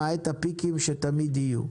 למעט הפיקים שתמיד יהיו.